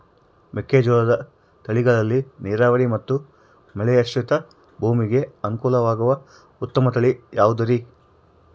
ಮೆಕ್ಕೆಜೋಳದ ತಳಿಗಳಲ್ಲಿ ನೇರಾವರಿ ಮತ್ತು ಮಳೆಯಾಶ್ರಿತ ಭೂಮಿಗೆ ಅನುಕೂಲವಾಗುವ ಉತ್ತಮ ತಳಿ ಯಾವುದುರಿ?